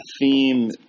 theme